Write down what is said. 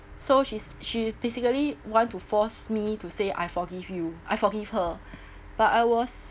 so she's she basically want to force me to say I forgive you I forgive her but I was